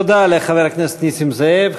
תודה לחבר הכנסת נסים זאב.